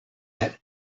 and